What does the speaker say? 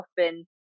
often